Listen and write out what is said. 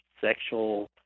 sexual